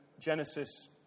Genesis